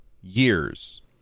years